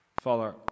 Father